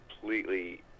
completely